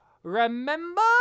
Remember